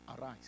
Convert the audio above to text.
arise